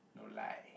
no lie